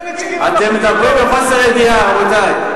ואם אני אגיד, אתם מדברים מחוסר ידיעה, רבותי.